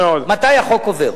מתי החוק עובר.